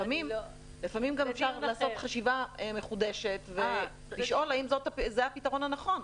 לפעמים גם אפשר לעשות חשיבה מחודשת ולשאול האם זה הפתרון הנכון.